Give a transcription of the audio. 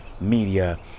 media